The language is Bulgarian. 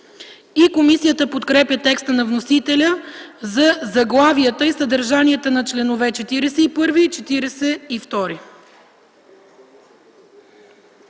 Комисията подкрепя текста на вносителя за заглавието и съдържанието на чл. 27.